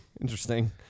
Interesting